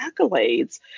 accolades